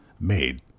made